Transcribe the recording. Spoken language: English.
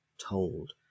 told